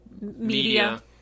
media